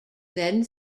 then